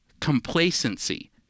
complacency